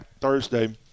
Thursday